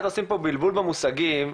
עשרות סוגים,